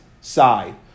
side